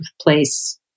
place